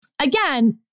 Again